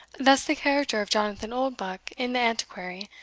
thus the character of jonathan oldbuck in the antiquary,